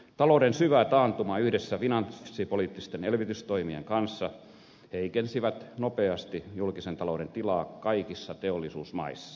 talouden syvä taantuma yhdessä finanssipoliittisten elvytystoimien kanssa heikensi nopeasti julkisen talouden tilaa kaikissa teollisuusmaissa